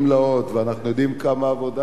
ואנחנו יודעים כמה עבודה השקענו,